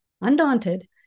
Undaunted